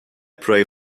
pray